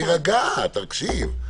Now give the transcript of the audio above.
תירגע, תקשיב.